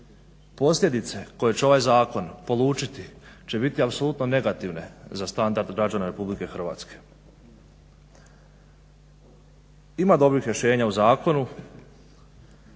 posljedice koje će ovaj zakon polučiti će biti apsolutno negativne za standard građana RH. Ima dobrih rješenja u zakonu.